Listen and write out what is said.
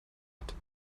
hat